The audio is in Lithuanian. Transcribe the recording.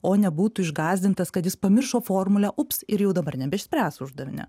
o nebūtų išgąsdintas kad jis pamiršo formulę ups ir jau dabar nebeišspręs uždavinio